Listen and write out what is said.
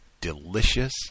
delicious